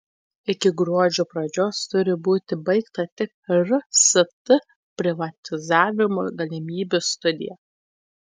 iki gruodžio pradžios turi būti baigta tik rst privatizavimo galimybių studija